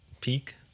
peak